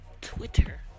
Twitter